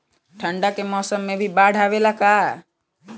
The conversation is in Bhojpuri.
ठंडा के मौसम में भी बाढ़ आवेला का?